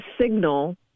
signal